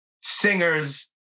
singers